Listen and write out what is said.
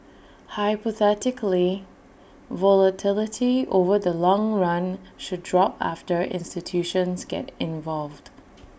hypothetically volatility over the long run should drop after institutions get involved